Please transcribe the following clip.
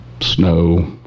Snow